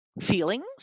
feelings